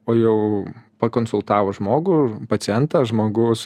o jau pakonsultavus žmogų pacientą žmogus